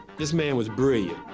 this man was brilliant.